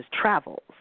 travels